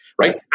right